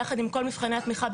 יחד עם כל מבחני התמיכה,